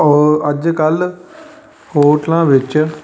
ਔਰ ਅੱਜ ਕੱਲ੍ਹ ਹੋਟਲਾਂ ਵਿੱਚ